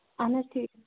اہَن حظ ٹھیٖک